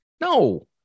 No